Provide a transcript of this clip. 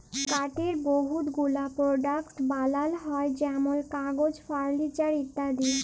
কাঠের বহুত গুলা পরডাক্টস বালাল হ্যয় যেমল কাগজ, ফারলিচার ইত্যাদি